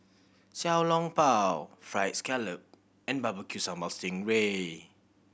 Xiao Long Bao Fried Scallop and Barbecue Sambal sting ray